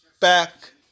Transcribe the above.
Back